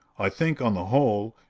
i think, on the whole,